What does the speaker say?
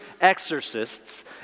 exorcists